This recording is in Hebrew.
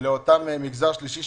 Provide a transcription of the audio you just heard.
לאותו מגזר שלישי.